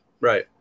Right